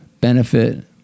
benefit